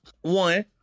One